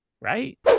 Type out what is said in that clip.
right